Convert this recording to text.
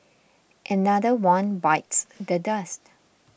another one bites the dust